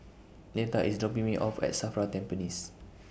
Neta IS dropping Me off At SAFRA Tampines